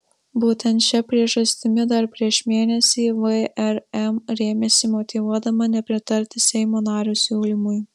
būtent šia priežastimi dar prieš mėnesį vrm rėmėsi motyvuodama nepritarti seimo nario siūlymui